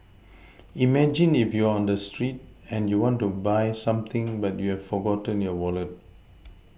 imagine if you're on the street and you want to buy something but you've forgotten your Wallet